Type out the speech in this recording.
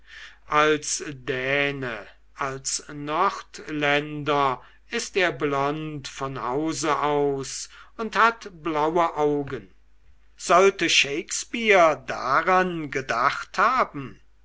als däne als nordländer ist er blond von hause aus und hat blaue augen sollte shakespeare daran gedacht haben